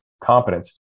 competence